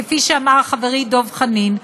כפי שאמר חברי דב חנין,